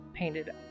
Painted